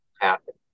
happen